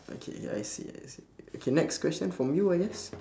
okay I see I see okay next question from you I guess